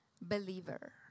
believer